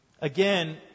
Again